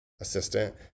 assistant